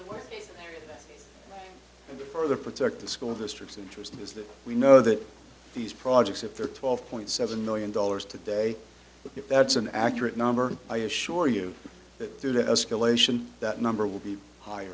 something for the protect the school districts interesting is that we know that these projects if they're twelve point seven million dollars today if that's an accurate number i assure you that through the escalation that number will be higher